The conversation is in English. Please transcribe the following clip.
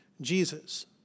Jesus